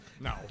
No